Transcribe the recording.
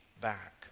back